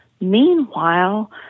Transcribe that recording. Meanwhile